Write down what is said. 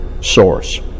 source